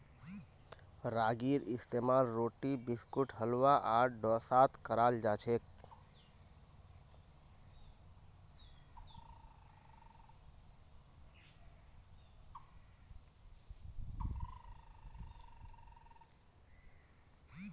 रागीर इस्तेमाल रोटी बिस्कुट हलवा आर डोसात कराल जाछेक